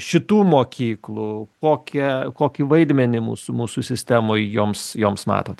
šitų mokyklų kokią kokį vaidmenį mūsų mūsų sistemoj joms joms matot